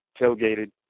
tailgated